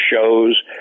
shows